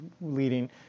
leading